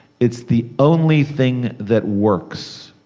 it's the only thing that works.